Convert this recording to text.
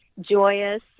Joyous